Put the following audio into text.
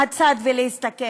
אי-אפשר לשבת מהצד ולהסתכל.